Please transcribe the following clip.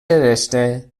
رشته